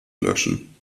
löschen